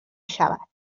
شود